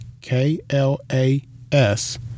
K-L-A-S